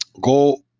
go